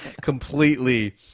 completely